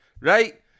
right